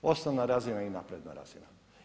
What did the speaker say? Osnovna razina i napredna razina.